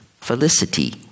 Felicity